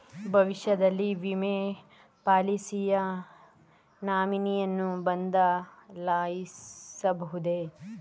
ಭವಿಷ್ಯದಲ್ಲಿ ವಿಮೆ ಪಾಲಿಸಿಯ ನಾಮಿನಿಯನ್ನು ಬದಲಾಯಿಸಬಹುದೇ?